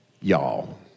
y'all